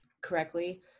correctly